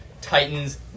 Titans